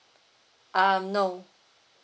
um no